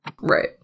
Right